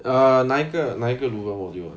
uh 哪一个哪一个 leuven module